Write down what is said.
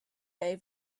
day